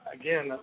again